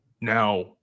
Now